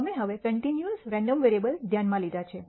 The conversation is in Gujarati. અમે હવે કન્ટિન્યૂઅસ રેન્ડમ વેરીએબલ ધ્યાનમાં લીધા છે